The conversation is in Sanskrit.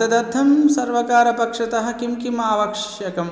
तदर्थं सर्वकारपक्षतः किं किम् आवश्यकं